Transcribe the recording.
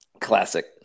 Classic